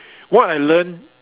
what I learn